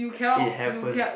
it happen